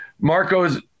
Marco's